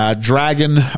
Dragon